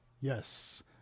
Yes